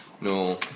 no